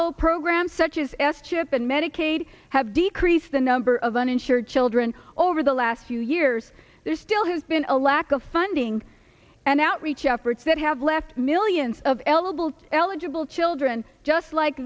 the programs such as s chip and medicaid have decreased the number of uninsured children over the last few years there still has been a lack of funding and outreach efforts that have left millions of elbel eligible children just like